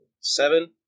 Seven